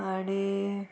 आनी